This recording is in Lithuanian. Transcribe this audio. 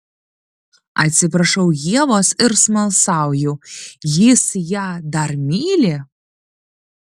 atsiprašau ievos ir smalsauju jis ją dar myli